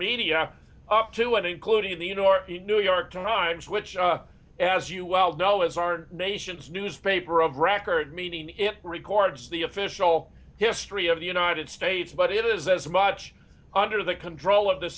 media up to and including the you know our in new york times which as you well know is our nation's newspaper of record meaning it records the official history of the united states but it is as much under the control of the